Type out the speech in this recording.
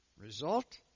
Result